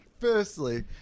Firstly